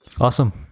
awesome